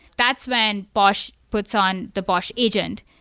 that's when bosh puts on the bosh agent.